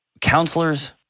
Counselors